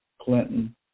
Clinton